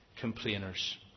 complainers